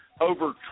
over